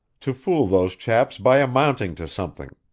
to fool those chaps by amounting to something.